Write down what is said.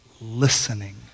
listening